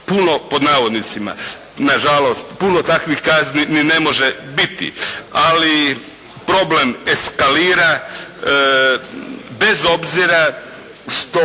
"puno", nažalost puno takvih kazni ni ne može biti ali problem eskalira bez obzira što